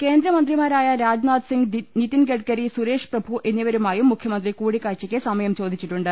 കേന്ദ്രമന്ത്രിമാരായ രാജ്നാഥ് സിങ്ങ് നിതിൻ ഗഡ്ഗരി സുരേഷ് പ്രഭു എന്നിവരുമായും മുഖ്യമന്ത്രി കൂടിക്കാഴ്ച്ചക്ക് സമയം ചോദിച്ചിട്ടുണ്ട്